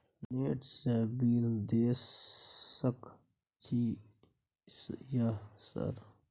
Net से bill देश सक छै यह सर?